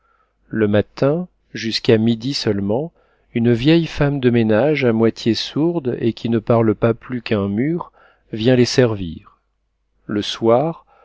le matin jusqu'à midi seulement une vieille femme de ménage à moitié sourde et qui ne parle pas plus qu'un mur vient les servir le soir